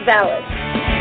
valid